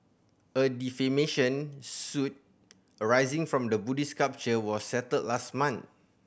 a defamation suit arising from the Buddhist sculpture was settled last month